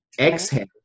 Exhale